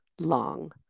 long